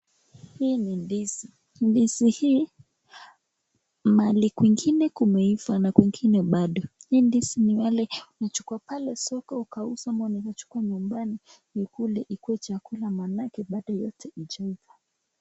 Hii ni ndizi. Ndizi hii, mahali kwingine kumeimeiva na kwingine bado. hii ndizi ni wale unachukua pale soko ukauze ama unaweza chukua pale nyumbani ukule ikuwe chakula maanake bado yote ni chakula.